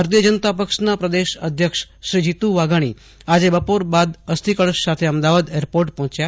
ભાજપના પ્રદેશ અધ્યક્ષશ્રી જીતુ વાઘાણી આજે બપોર બાદ અસ્થિકળશ સાથે અમદાવાદ એરપોર્ટ પહોંચ્યા